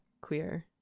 clear